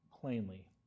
plainly